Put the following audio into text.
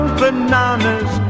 bananas